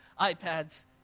iPads